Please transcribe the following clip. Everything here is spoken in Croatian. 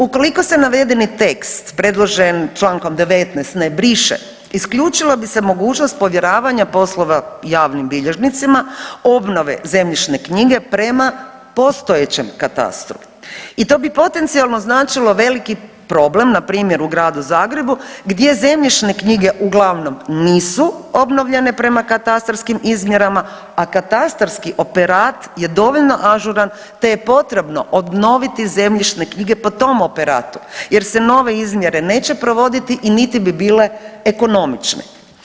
Ukoliko se navedeni tekst predložen čl. 19 ne briše, isključila bi se mogućnost povjeravanja poslova javnim bilježnicima obnove zemljišne knjige prema postojećem katastru i to bi potencijalno značilo veliki problem, npr. u Gradu Zagrebu gdje zemljišne knjige uglavnom nisu obnovljene prema katastarskim izmjerama, a katastarski operat je dovoljno ažuran te je potrebno obnoviti zemljišne knjige po tom operatu jer se nove izmjere neće provoditi i niti bi bile ekonomične.